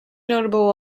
notable